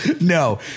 no